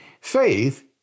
faith